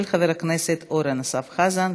של חבר הכנסת אורן אסף חזן.